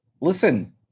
listen